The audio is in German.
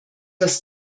das